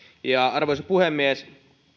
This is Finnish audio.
arvoisa puhemies